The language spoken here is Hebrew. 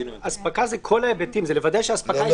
אספקה זה כל ההיבטים, זה לוודא שהאספקה סדירה.